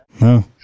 No